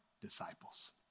disciples